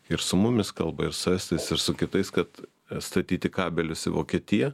ir su mumis kalba ir su estais ir su kitais kad statyti kabelius į vokietiją